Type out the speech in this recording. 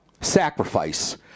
sacrifice